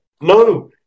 No